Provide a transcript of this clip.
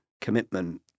commitment